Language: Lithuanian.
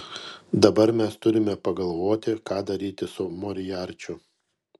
dabar mes turime pagalvoti ką daryti su moriarčiu